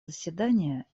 заседания